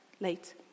late